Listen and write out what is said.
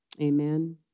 Amen